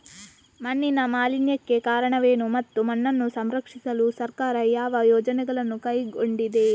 ಮಣ್ಣಿನ ಮಾಲಿನ್ಯಕ್ಕೆ ಕಾರಣವೇನು ಮತ್ತು ಮಣ್ಣನ್ನು ಸಂರಕ್ಷಿಸಲು ಸರ್ಕಾರ ಯಾವ ಯೋಜನೆಗಳನ್ನು ಕೈಗೊಂಡಿದೆ?